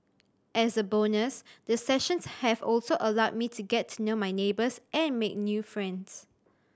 as a bonus the sessions have also allowed me to get to know my neighbours and make new friends